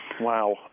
Wow